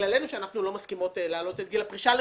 בגלל שאנחנו לא מסכימות להעלות את גיל הפרישה לנשים.